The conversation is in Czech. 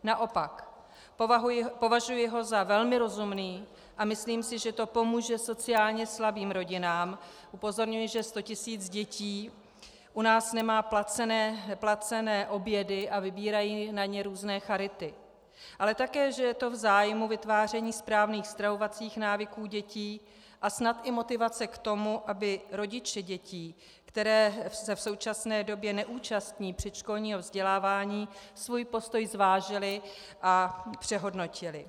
Naopak, považuji ho za velmi rozumný a myslím si, že to pomůže sociálně slabým rodinám, upozorňuji, že sto tisíc dětí u nás nemá placené obědy a vybírají na ně různé charity, ale také že je to v zájmu vytváření správných stravovacích návyků dětí a snad i motivace k tomu, aby rodiče dětí, které se v současné době neúčastní předškolního vzdělávání, svůj postoj zvážili a přehodnotili.